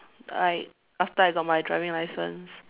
I after I got my driving license